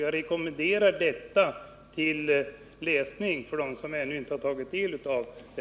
Jag rekommenderar detta till läsning för dem som ännu inte tagit del av det.